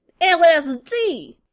LSD